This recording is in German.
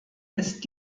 ist